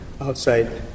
outside